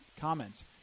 comments